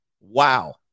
Wow